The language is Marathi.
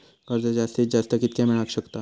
कर्ज जास्तीत जास्त कितक्या मेळाक शकता?